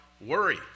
worry